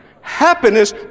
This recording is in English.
Happiness